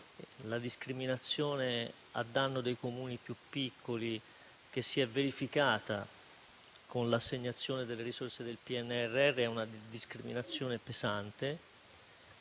la discriminazione a danno dei Comuni più piccoli, che si è verificata con l'assegnazione delle risorse del PNRR, è pesante.